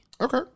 Okay